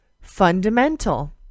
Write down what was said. Fundamental